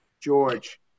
George